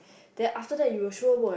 then after that you will sure work as